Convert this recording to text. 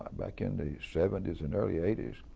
back in the seventy s and early eighty s,